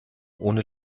ohne